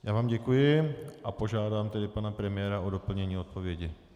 Já vám děkuji a požádám pana premiéra o doplnění odpovědi.